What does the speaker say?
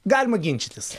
galima ginčytis